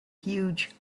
huge